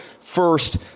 first